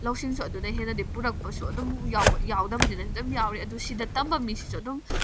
ꯂꯧꯁꯤꯡꯁꯨ ꯑꯗꯨꯅ ꯍꯦꯟꯅꯗꯤ ꯄꯨꯔꯛꯄꯁꯨ ꯑꯗꯨꯝ ꯌꯥꯎꯗꯕꯗꯤ ꯅꯠꯇꯦ ꯑꯗꯨꯝ ꯌꯥꯎꯔꯦ ꯑꯗꯨ ꯁꯤꯗ ꯇꯝꯕ ꯃꯤꯁꯤꯁꯨ ꯑꯗꯨꯝ